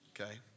Okay